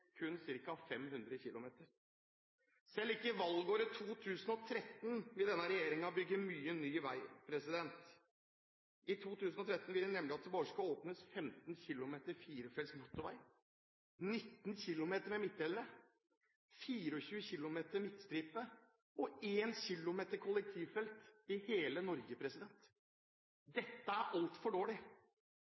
kun ca. 500 km. Selv ikke i valgåret 2013 vil denne regjeringen bygge mye ny vei. I 2013 vil de nemlig at det bare skal åpnes 15 km firefelts motorvei, 19 km med midtdelere, 24 km med midtstripe og 1 km kollektivfelt i hele Norge. Dette er altfor dårlig.